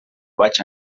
vaig